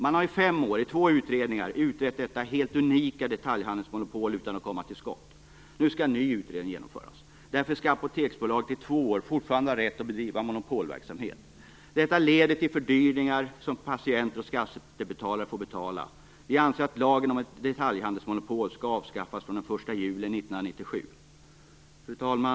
Man har i fem år, i två utredningar, utrett detta helt unika detaljhandelsmonopol utan att kunna komma till skott. Nu skall en ny utredning genomföras. Därför skall Apoteksbolaget, under två år, fortfarande ha rätt att bedriva monopolverksamhet. Detta leder till fördyringar som patienter och skattebetalare får betala. Vi anser att lagen om detaljhandelsmonopol skall avskaffas från den 1 juli 1997. Fru talman!